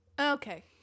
Okay